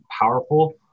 powerful